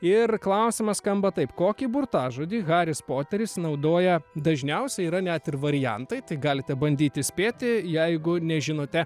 ir klausimas skamba taip kokį burtažodį haris poteris naudoja dažniausiai yra net ir variantai tai galite bandyti spėti jeigu nežinote